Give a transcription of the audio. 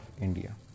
India